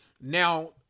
now